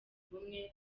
ubumwe